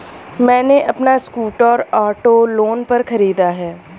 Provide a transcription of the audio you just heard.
मैने अपना scooter auto loan पर खरीदा है